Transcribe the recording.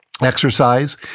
Exercise